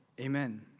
amen